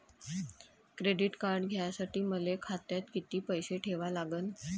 Credit card घ्यासाठी मले खात्यात किती पैसे ठेवा लागन?